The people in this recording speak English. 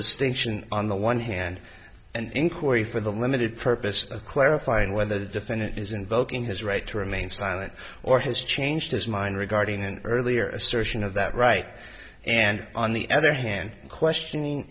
distinction on the one hand and inquiry for the limited purpose of clarifying whether the defendant is invoking his right to remain silent or has changed his mind regarding an earlier assertion of that right and on the other hand questioning